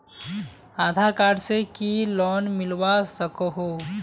आधार card से की loan मिलवा सकोहो?